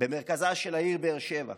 במרכזה של העיר באר שבע: